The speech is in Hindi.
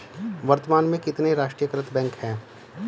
वर्तमान में कितने राष्ट्रीयकृत बैंक है?